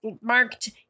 marked